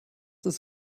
ist